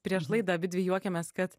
prieš laidą abidvi juokėmės kad